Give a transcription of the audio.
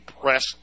press